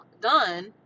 done